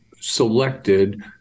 selected